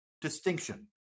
distinction